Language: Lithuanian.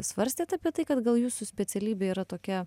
svarstėt apie tai kad gal jūsų specialybė yra tokia